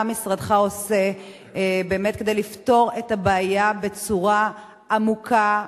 מה משרדך עושה באמת כדי לפתור את הבעיה בצורה עמוקה,